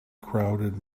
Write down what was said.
crowded